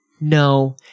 No